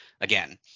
again